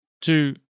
two